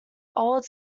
old